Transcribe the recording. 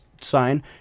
sign